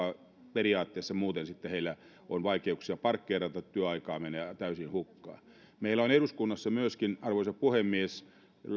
periaatteessa muuten heillä sitten on vaikeuksia parkkeerata työaikaa menee täysin hukkaan meillä on eduskunnassa arvoisa puhemies